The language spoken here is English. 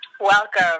Welcome